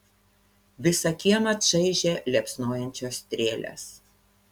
visą kiemą čaižė liepsnojančios strėlės